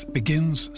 begins